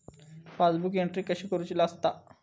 Passbook entry कशी करुची असता?